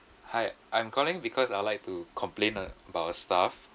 hi I'm calling because I would like to complain a about your staff